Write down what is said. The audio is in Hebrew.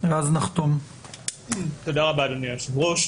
אדוני היושב-ראש,